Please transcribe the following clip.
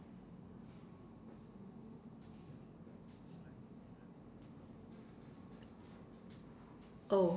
oh